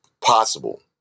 possible